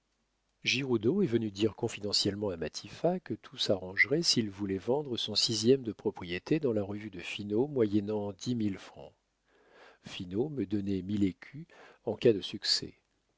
giroudeau est venu dire confidentiellement à matifat que tout s'arrangerait s'il voulait vendre son sixième de propriété dans la revue de finot moyennant dix mille francs finot me donnait mille écus en cas de succès